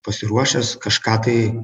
pasiruošęs kažką kai